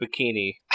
bikini